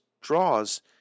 draws